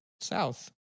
South